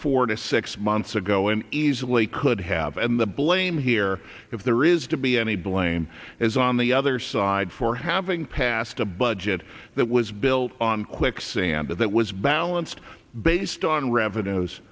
four to six months ago and easily could have and the blame here if there is to be any blame is on the other side for having passed a budget that was built on quicksand that was balanced based on revenues